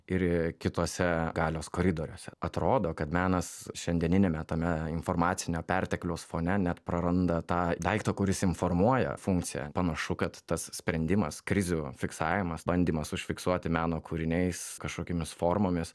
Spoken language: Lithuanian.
ir kitose galios koridoriuose atrodo kad menas šiandieniniame tame informacinio pertekliaus fone net praranda tą daiktą kuris informuoja funkciją panašu kad tas sprendimas krizių fiksavimas bandymas užfiksuoti meno kūriniais kažkokiomis formomis